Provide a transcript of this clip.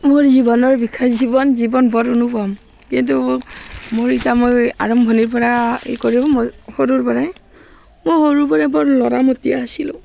মোৰ জীৱনৰ বিষয়ে জীৱন জীৱন বৰ অনুপম কিন্তু মই মোৰ এতিয়া মই আৰম্ভণিৰ পৰা ই কৰোঁ মই সৰুৰ পৰাই মই সৰুৰ পৰাই বৰ ল'ৰামতীয়া আছিলোঁ